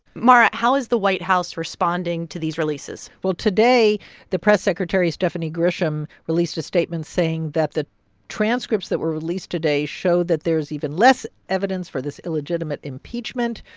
mara, how is the white house responding to these releases? well, today the press secretary stephanie grisham released a statement saying that the transcripts that were released today show that there's even less evidence for this illegitimate impeachment.